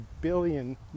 billion